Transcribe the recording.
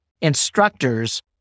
instructors